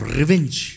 revenge